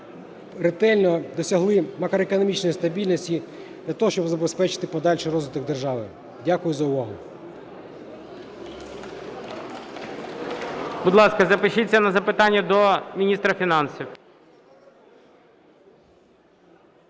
ретельно, досягли макроекономічної стабільності для того, щоб забезпечити подальший розвиток держави. Дякую за увагу.